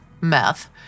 meth